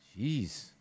Jeez